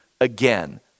again